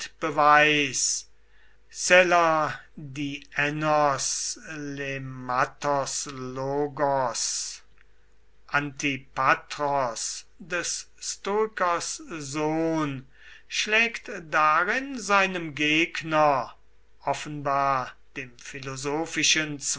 antipatros des stoikers sohn schlägt darin seinem gegner offenbar dem philosophischen